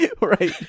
right